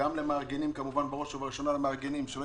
וגם בראש ובראשונה למארגנים שיעשו הכול,